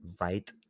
right